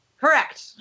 Correct